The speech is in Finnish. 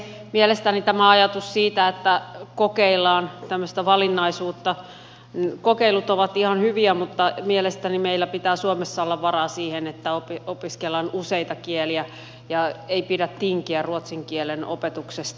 kun on tämä ajatus siitä että kokeillaan tämmöistä valinnaisuutta niin kokeilut ovat ihan hyviä mutta mielestäni meillä pitää suomessa olla varaa siihen että opiskellaan useita kieliä ja ei pidä tinkiä ruotsin kielen opetuksesta